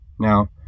Now